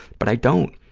but i don't.